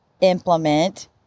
implement